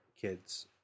kids